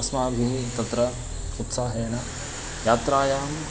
अस्माभिः तत्र उत्साहेन यात्रायाम्